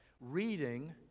Reading